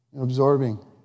Absorbing